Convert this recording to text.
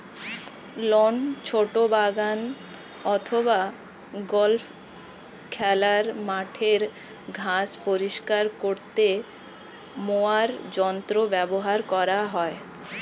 loan, ছোট বাগান অথবা গল্ফ খেলার মাঠের ঘাস পরিষ্কার করতে মোয়ার যন্ত্র ব্যবহার করা হয়